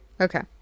Okay